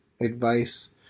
advice